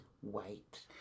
white